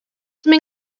some